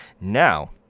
Now